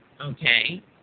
okay